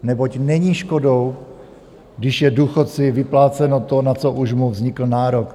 Neboť není škodou, když je důchodci vypláceno to, na co už mu vznikl nárok.